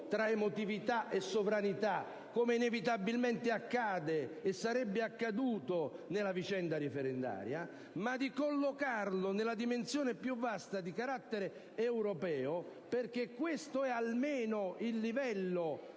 tra emotività e sovranità, come inevitabilmente accade e sarebbe accaduto nella vicenda referendaria, ma collocandolo nella dimensione più vasta di carattere europeo. [**Presidenza del